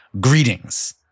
Greetings